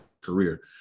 career